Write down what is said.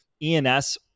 ENS